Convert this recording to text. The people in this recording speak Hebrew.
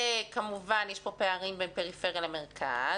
כמובן יש פה פערים בין פריפריה למרכז,